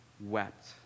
wept